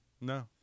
No